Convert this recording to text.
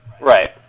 Right